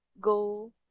go